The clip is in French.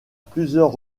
plusieurs